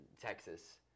Texas